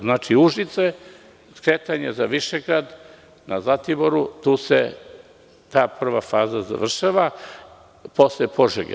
Znači, Užice, skretanje za Višegrad na Zlatiboru, prva faza se završava posle Požege.